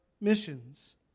missions